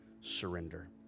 surrender